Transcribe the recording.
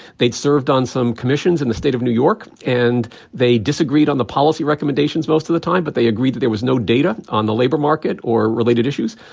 they served on some commissions in the state of new york. and they disagreed on the policy recommendations most of the time, but they agreed there was no data on the labor market or related issues.